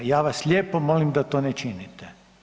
Ja vas lijepo molim da to ne činite.